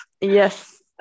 Yes